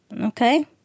Okay